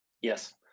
Yes